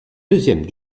deuxième